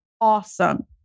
awesome